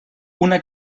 una